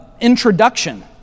introduction